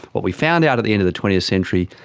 what we found out at the end of the twentieth century,